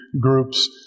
groups